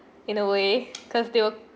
in a way cause they were